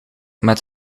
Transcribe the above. met